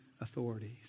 authorities